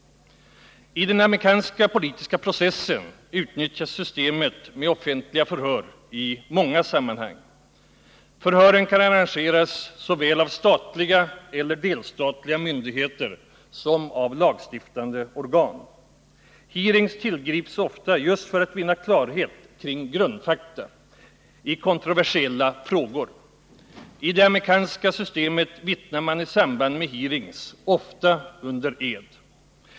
I den amerikanska politiska processen utnyttjas systemet med offentliga förhör i många sammanhang. Förhören kan arrangeras såväl av statliga eller delstatliga myndigheter som av lagstiftande organ. Hearings tillgrips ofta just för att vinna klarhet kring grundfakta i kontroversiella frågor. I det amerikanska systemet vittnar man i samband med hearings ofta under ed.